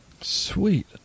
Sweet